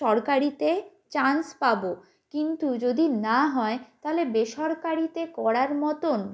সরকারিতে চান্স পাব কিন্তু যদি না হয় তাহলে বেসরকারিতে করার মতন